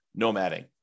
nomading